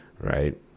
Right